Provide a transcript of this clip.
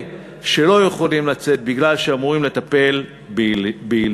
שלא יכולים לצאת מפני שהם אמורים לטפל בילדיהם.